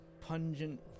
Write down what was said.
pungent